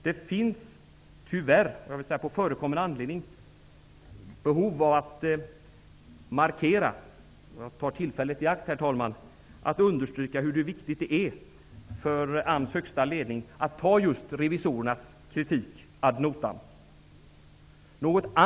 Det finns tyvärr behov -- ''förekommen anledning'' höll jag på att säga -- av att markera hur viktigt det är för AMS högsta ledning att just ta revisorernas kritik ad notam, och jag tar tillfället i akt att understryka det.